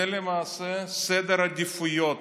זה למעשה סדר עדיפויות